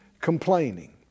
complaining